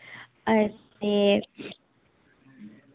अच्छा